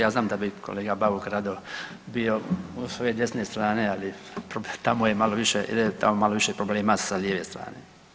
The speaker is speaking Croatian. Ja znam da bi kolega Bauk radio bio s ove desne strane, ali tamo je malo više … malo više problema sa lijeve strane.